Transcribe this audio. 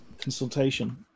consultation